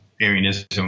Arianism